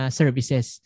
services